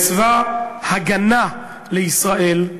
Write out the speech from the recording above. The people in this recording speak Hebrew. צבא הגנה לישראל,